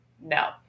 no